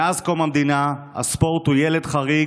מאז קום המדינה הספורט הוא ילד חריג,